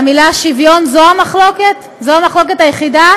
המילה "שוויון" היא המחלוקת היחידה?